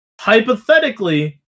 hypothetically